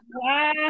wow